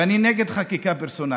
ואני נגד חקיקה פרסונלית.